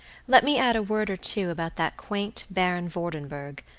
let me add a word or two about that quaint baron vordenburg,